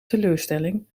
teleurstelling